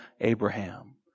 Abraham